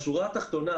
בשורה התחתונה,